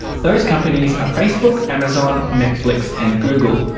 those companies are facebook, amazon, netflix and google,